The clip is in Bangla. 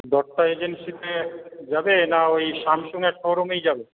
দত্ত এজেন্সিতে যাবে না ওই স্যামসাংয়ের শোরুমেই যাবে